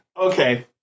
Okay